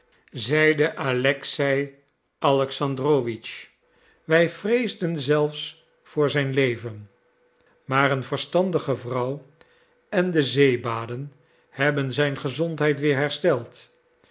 zeide alexei alexandrowitsch wij vreesden zelfs voor zijn leven maar een verstandige vrouw en de zeebaden hebben zijn gezondheid weer hersteld